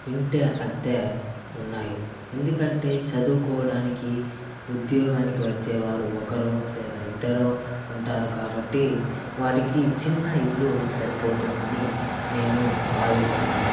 ఇంటి అద్దె ఉన్నాయి ఎందుకంటే చదువుకోవడానికి ఉద్యోగానికి వచ్చేవారు ఒకరో లేదా ఇద్దరో ఉంటారు కాబట్టి వారికి చిన్న ఇల్లు సరిపోతుందని నేను భావిస్తున్నాను